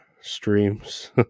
streams